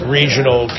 regional